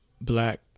black